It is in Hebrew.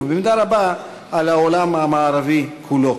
ובמידה רבה על העולם המערבי כולו.